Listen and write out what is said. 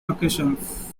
occasions